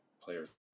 players